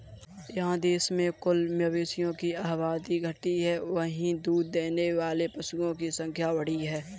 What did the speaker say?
जहाँ देश में कुल मवेशियों की आबादी घटी है, वहीं दूध देने वाले पशुओं की संख्या बढ़ी है